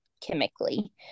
chemically